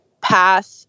path